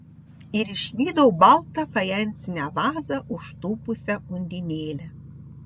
ir išvydau baltą fajansinę vazą užtūpusią undinėlę